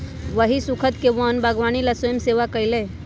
वही स्खुद के वन बागवानी ला स्वयंसेवा कई लय